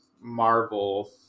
Marvel